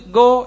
go